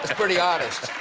pretty honest.